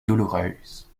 douloureuse